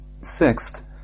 Sixth